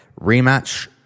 Rematch